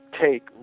take